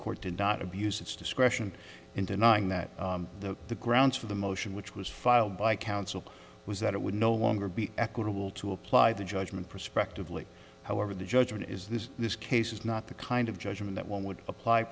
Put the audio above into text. court did not abuse its discretion in denying that the the grounds for the motion which was filed by counsel was that it would no longer be equitable to apply the judgment prospectively however the judgment is this this case is not the kind of judgment that one would apply